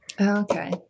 Okay